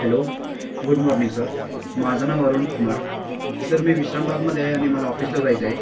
hello good morning sir माझं नाव Arun Kumar sir मी विश्रामबागमध्ये आहे आणि मला ऑफिसला जायचं आहे